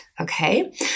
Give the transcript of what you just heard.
Okay